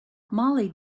mollie